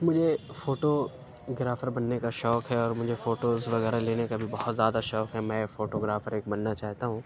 مجھے فوٹو گرافر بننے کا شوق ہے اور مجھے فوٹوز وغیرہ لینے کا بھی بہت زیادہ شوق ہے میں فوٹو گرافر ایک بننا چاہتا ہوں